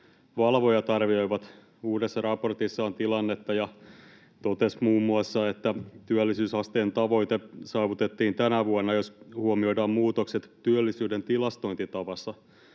valvojat arvioivat uudessa raportissaan tilannetta ja totesivat muun muassa: ”Työllisyysasteen tavoite saavutettiin tänä vuonna, jos huomioidaan muutokset työllisyyden tilastointitavassa.